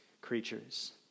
creatures